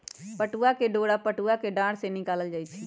पटूआ के डोरा पटूआ कें डार से निकालल जाइ छइ